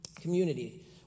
community